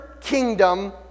kingdom